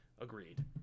agreed